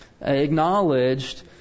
acknowledged